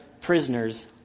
prisoners